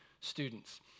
students